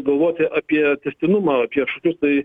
galvoti apie tęstinumą apie kažkokius tai